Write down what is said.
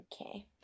Okay